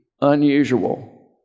unusual